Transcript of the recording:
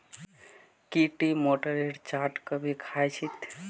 की टी मोठेर चाट कभी ख़या छि